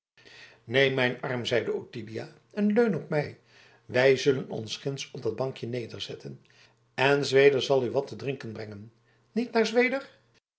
neem mijn arm zeide ottilia en leun op mij wij zullen ons ginds op dat bankje nederzetten en zweder zal u wat te drinken brengen niet waar zweder